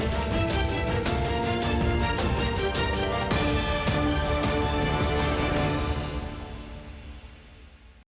Дякую